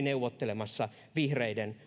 neuvottelemassa vihreiden